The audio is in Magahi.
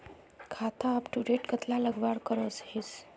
खाता अपटूडेट कतला लगवार करोहीस?